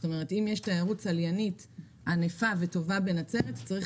זאת אומרת אם יש תיירות צליינית ענפה וטובה בנצרת צריך